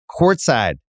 courtside